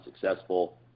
successful